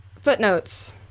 Footnotes